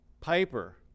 Piper